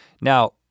Now